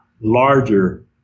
larger